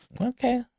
Okay